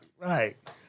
Right